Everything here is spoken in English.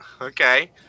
Okay